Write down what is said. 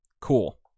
Cool